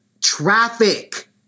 traffic